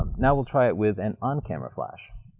now we'll try it with an on-camera flash.